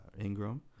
Ingram